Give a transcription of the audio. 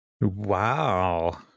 Wow